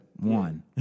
One